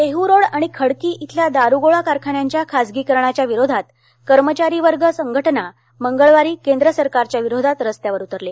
देहरोड आणि खडकी इथल्या दारुगोळा कारखान्यांच्या खासगीकरणाच्या विरोधात कर्मचारी वर्ग संघटना मंगळवारी केंद्र सरकारच्या विरोधात रस्त्यावर उतरले